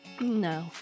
No